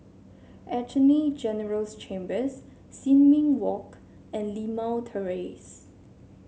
Attorney General's Chambers Sin Ming Walk and Limau Terrace